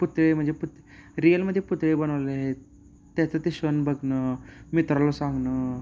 पुतळे म्हणजे पुत रियलमध्ये पुतळे बनवले आहेत त्याचं ते क्षण बघणं मित्राला सांगणं